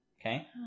okay